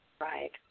Right